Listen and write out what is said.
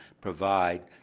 provide